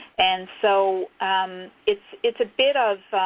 and so it's it's a bit of